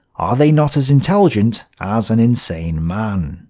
are they not as intelligent as an insane man?